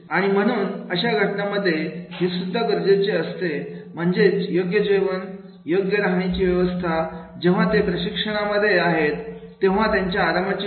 आणि म्हणून अशा घटनांमध्ये हे सुद्धा गरजेचे असते म्हणजेच योग्य जेवण योग्य राहण्याची व्यवस्था जेव्हा ते प्रशिक्षणामध्ये आहेत तेव्हा त्यांच्या आरामाची सोय